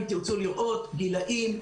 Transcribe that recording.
גילאים,